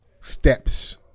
steps